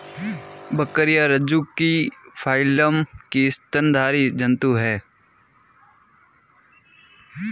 बकरियाँ रज्जुकी फाइलम की स्तनधारी जन्तु है